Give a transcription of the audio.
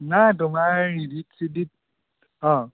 নাই তোমাৰ ইডিট চিডিট অঁ